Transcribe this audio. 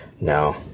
no